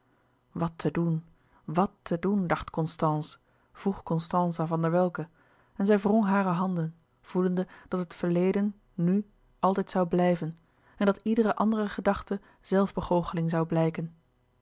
wat te doen wat te doen dacht constance vroeg constance aan van der welcke en zij wrong hare handen voelende dat het verleden n u altijd zoû blijven en dat iedere andere gedachte zelfbegoocheling zoû blijken